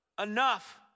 enough